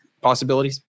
possibilities